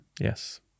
Yes